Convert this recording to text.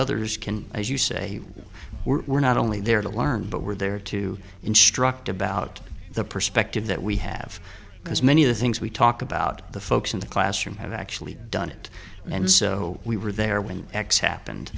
others can as you say we're not only there to learn but we're there to instruct about the perspective that we have because many of the things we talk about the folks in the classroom have actually done it and so we were there when x happened